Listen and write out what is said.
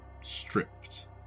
stripped